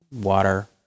water